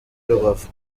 rubavu